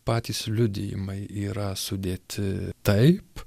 patys liudijimai yra sudėti taip